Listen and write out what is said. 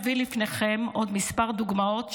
אביא לפניכם עוד כמה דוגמאות,